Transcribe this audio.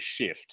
shift